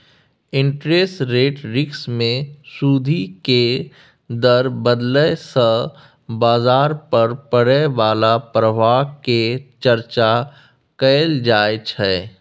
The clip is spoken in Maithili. इंटरेस्ट रेट रिस्क मे सूदि केर दर बदलय सँ बजार पर पड़य बला प्रभाव केर चर्चा कएल जाइ छै